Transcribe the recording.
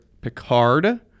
Picard